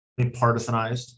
partisanized